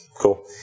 cool